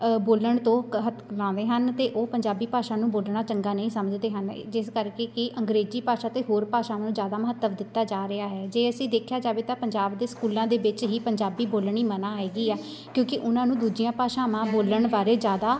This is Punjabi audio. ਬੋਲਣ ਤੋਂ ਕਤਰਾਉਂਦੇ ਹਨ ਅਤੇ ਉਹ ਪੰਜਾਬੀ ਭਾਸ਼ਾ ਨੂੰ ਬੋਲਣਾ ਚੰਗਾ ਨਹੀਂ ਸਮਝਦੇ ਹਨ ਜਿਸ ਕਰਕੇ ਕਿ ਅੰਗਰੇਜ਼ੀ ਭਾਸ਼ਾ ਅਤੇ ਹੋਰ ਭਾਸ਼ਾਵਾਂ ਨੂੰ ਜ਼ਿਆਦਾ ਮਹੱਤਵ ਦਿੱਤਾ ਜਾ ਰਿਹਾ ਹੈ ਜੇ ਅਸੀਂ ਦੇਖਿਆ ਜਾਵੇ ਤਾਂ ਪੰਜਾਬ ਦੇ ਸਕੂਲਾਂ ਦੇ ਵਿੱਚ ਹੀ ਪੰਜਾਬੀ ਬੋਲਣੀ ਮਨ੍ਹਾ ਹੈਗੀ ਹੈ ਕਿਉਂਕਿ ਉਹਨਾਂ ਨੂੰ ਦੂਜੀਆਂ ਭਾਸ਼ਾਵਾਂ ਬੋਲਣ ਬਾਰੇ ਜ਼ਿਆਦਾ